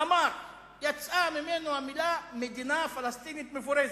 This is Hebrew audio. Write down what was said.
אמר, יצאה ממנו המלה "מדינה פלסטינית מפורזת"